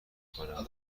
میکنم